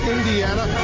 Indiana